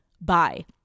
bye